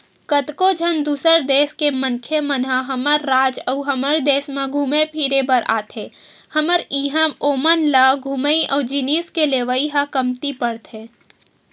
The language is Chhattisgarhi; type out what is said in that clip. कतको झन दूसर देस के मनखे मन ह हमर राज अउ हमर देस म घुमे फिरे बर आथे हमर इहां ओमन ल घूमई अउ जिनिस के लेवई ह कमती परथे